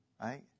right